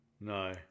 no